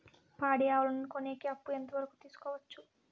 పాడి ఆవులని కొనేకి అప్పు ఎంత వరకు తీసుకోవచ్చు?